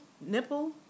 nipple